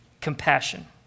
compassion